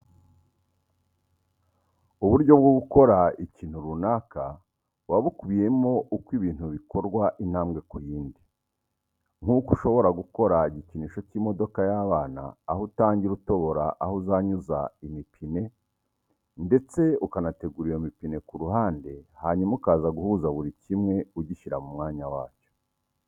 Uburyo bwo gukora ikintu runaka buba bukubiyemo uko ibintu bikorwa intambwe ku yindi. Nkuko ushobora gukora igikinisho cy'imodoka cy'abana aho utangira utobora aho uzanyuza imipine ndetse ukanategura iyo mipine ku ruhande hanyuma ukaza guhuza buri kimwe ugishyira mu mwanya wacyo.